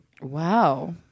Wow